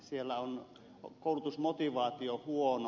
siellä on koulutusmotivaatio huono